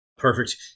Perfect